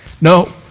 No